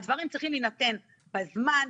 הדברים צריכים להינתן בזמן.